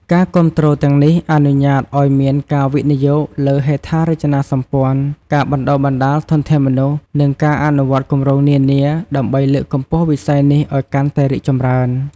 ការគាំទ្រទាំងនេះអនុញ្ញាតឱ្យមានការវិនិយោគលើហេដ្ឋារចនាសម្ព័ន្ធ ការបណ្ដុះបណ្ដាលធនធានមនុស្ស និងការអនុវត្តគម្រោងនានា ដើម្បីលើកកម្ពស់វិស័យនេះឱ្យកាន់តែរីកចម្រើន។